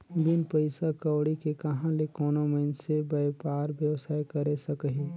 बिन पइसा कउड़ी के कहां ले कोनो मइनसे बयपार बेवसाय करे सकही